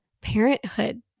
parenthood